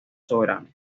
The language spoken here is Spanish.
soberano